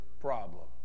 problem